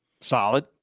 Solid